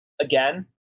again